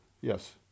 Yes